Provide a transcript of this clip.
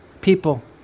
people